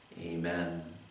Amen